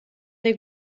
det